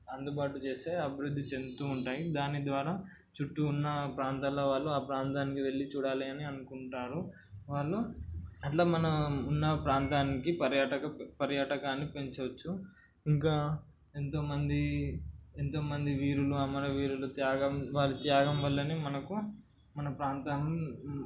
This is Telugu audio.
అందుబాటు చేస్తే అభివృద్ధి చెందుతూ ఉంటాయి దాని ద్వారా చుట్టూ ఉన్న ప్రాంతాల వాళ్ళు ఆ ప్రాంతానికి వెళ్ళి చూడాలి అని అనుకుంటారు వాళ్ళు అలా మనం ఉన్న ప్రాంతానికి పర్యాటక పర్యాటకాన్ని పెంచవచ్చు ఇంకా ఎంతోమంది ఎంతోమంది వీరులు అమరవీరులు త్యాగం వాళ్ళ త్యాగం వల్లనే మనకు మన ప్రాంతం